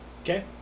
Okay